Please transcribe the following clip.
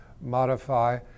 modify